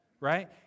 right